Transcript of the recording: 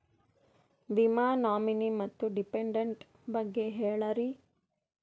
ವಿಮಾ ನಾಮಿನಿ ಮತ್ತು ಡಿಪೆಂಡಂಟ ಬಗ್ಗೆ ಹೇಳರಿ?